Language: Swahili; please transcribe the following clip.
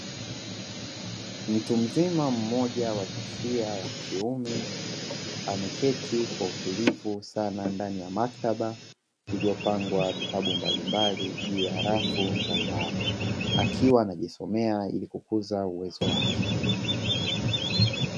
Mtu mzima mmoja wa jinsia ya kiume ameketi kwa utulivu sana ndani ya maktaba iliyopangwa vitabu mbalimbali juu ya rafu za mbao akiwa anajisomea ili kukuza uwezo wake.